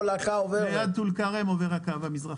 ליד טול כרם עובר הקו המזרחי.